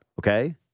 okay